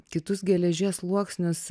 kitus geležies sluoksnius